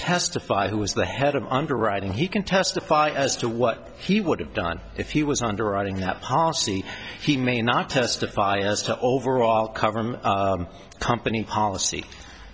testify who was the head of underwriting he can testify as to what he would have done if he was underwriting that policy he may not testify as to overall cover of company policy